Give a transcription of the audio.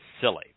silly